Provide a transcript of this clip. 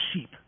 sheep